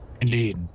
Indeed